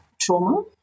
trauma